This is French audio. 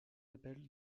appel